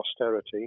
austerity